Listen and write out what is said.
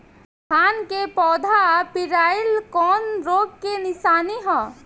धान के पौधा पियराईल कौन रोग के निशानि ह?